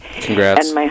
Congrats